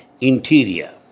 interior